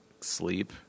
sleep